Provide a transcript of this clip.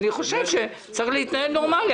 אני חושב שצריך להתנהל באופן נורמלי,